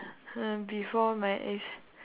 before my A's